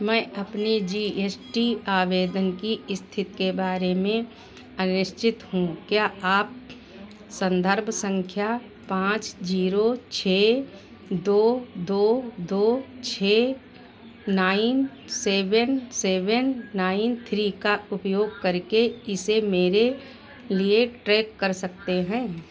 मैं अपने G S T आवेदन की स्थिति के बारे में अनिश्चित हूँ क्या आप संदर्भ संख्या पाँच जीरो छः दो दो दो छः nine seven seven nine three का उपयोग करके इसे मेरे लिए ट्रैक कर सकते हैं